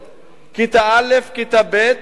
כיתה א', כיתה ב',